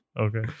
Okay